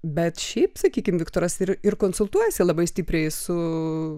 bet šiaip sakykim viktoras ir ir konsultuojasi labai stipriai su